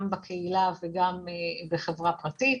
גם בקהילה וגם בחברה פרטית.